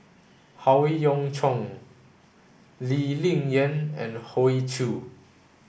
Howe Yoon Chong Lee Ling Yen and Hoey Choo